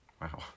Wow